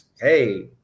hey